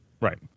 right